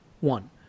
one